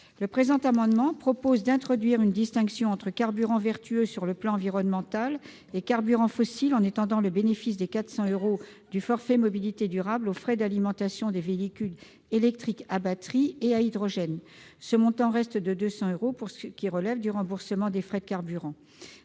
Le présent amendement vise à introduire une distinction entre carburants vertueux sur le plan environnemental et carburants fossiles, en étendant le bénéfice des 400 euros du forfait mobilités durables aux frais d'alimentation des véhicules électriques à batterie et à hydrogène. Ce montant resterait de 200 euros pour ce qui relève du remboursement des frais de carburants.